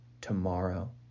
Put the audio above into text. tomorrow